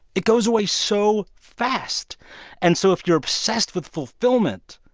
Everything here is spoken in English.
it goes away so fast and so if you're obsessed with fulfillment,